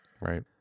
Right